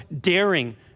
daring